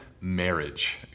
marriage